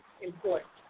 important